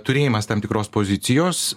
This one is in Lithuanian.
turėjimas tam tikros pozicijos